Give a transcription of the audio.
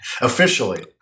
officially